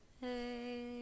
Hey